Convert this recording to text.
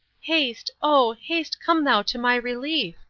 haste, oh! haste, come thou to my relief.